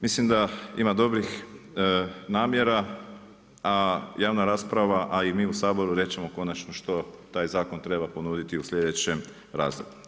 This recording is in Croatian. Mislim da ima dobrih namjera, a javna rasprava a i mi u Saboru reći ćemo konačno što taj zakon treba ponuditi u slijedećem razdoblju.